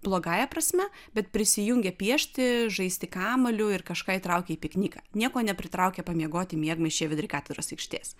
blogąja prasme bet prisijungė piešti žaisti kamuoliu ir kažką įtraukė į pikniką nieko nepritraukė pamiegoti miegmaišiai vidury katedros aikštės